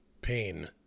pain